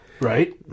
Right